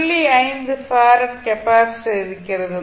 5 ஃபாரட் இருக்கிறது